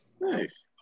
Nice